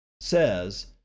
says